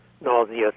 nauseous